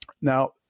Now